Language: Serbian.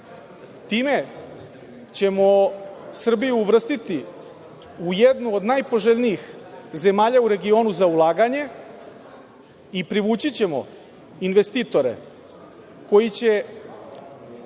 ćemo Srbiju uvrstiti u jednu od najpoželjnijih zemalja u regionu za ulaganje i privući ćemo investitore, koji su